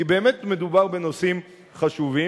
כי באמת מדובר בנושאים חשובים.